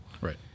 Right